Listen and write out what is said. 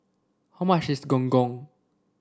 how much is Gong Gong